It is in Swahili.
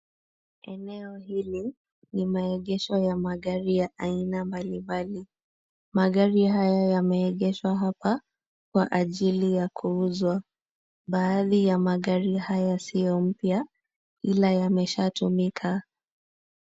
Eneo hili ni maegesho ya magari ya aina mbalimbali. Magari haya yameegeshwa hapa kwa ajili ya kuuzwa. Baadhi ya magari haya sio mpya ila yameshatumika.